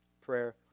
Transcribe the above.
prayer